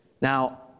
Now